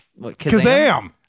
Kazam